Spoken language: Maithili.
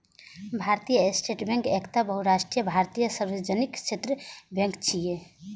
भारतीय स्टेट बैंक एकटा बहुराष्ट्रीय भारतीय सार्वजनिक क्षेत्रक बैंक छियै